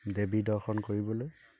দেৱী দৰ্শন কৰিবলৈ